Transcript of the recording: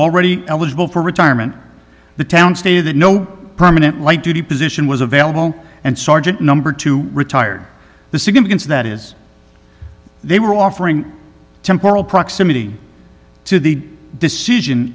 already eligible for retirement the town stated that no permanent light duty position was available and sergeant number two retired the significance that is they were offering temporal proximity to the decision